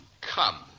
come